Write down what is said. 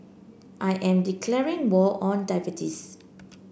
I am declaring war on diabetes